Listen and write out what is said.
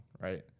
right